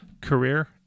career